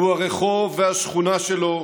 הוא הרחוב והשכונה שלו,